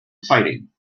fighting